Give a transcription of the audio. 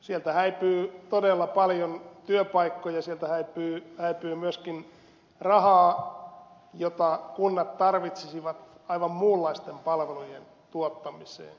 sieltä häipyy todella paljon työpaikkoja sieltä häipyy myöskin rahaa jota kunnat tarvitsisivat aivan muunlaisten palvelujen tuottamiseen